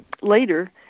later